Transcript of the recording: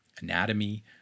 anatomy